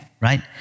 right